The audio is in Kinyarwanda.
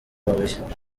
mabuye